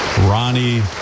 Ronnie